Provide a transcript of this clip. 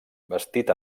vestit